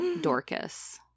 dorcas